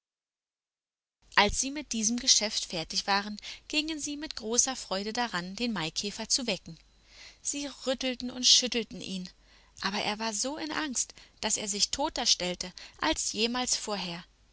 als sie mit diesem geschäft fertig waren gingen sie mit großer freude daran den maikäfer zu wecken sie rüttelten und schüttelten ihn aber er war so in angst daß er sich toter stellte als jemals vorher